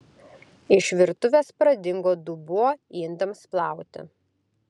iš virtuvės pradingo dubuo indams plauti